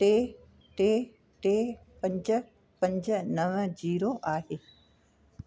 टे टे टे पंज पंज नव जीरो आहे